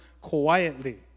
quietly